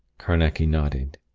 carnacki nodded.